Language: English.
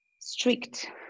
strict